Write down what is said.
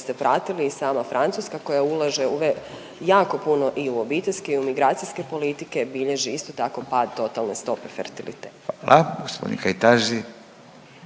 ste pratili i sama Francuska koja ulaže jako puno i u obiteljske i u migracijske politike bilježi isto tako pad totalne stope fertiliteta. **Radin, Furio